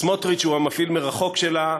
סמוטריץ הוא המפעיל מרחוק שלה,